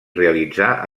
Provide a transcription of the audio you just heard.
realitzà